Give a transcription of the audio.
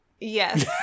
Yes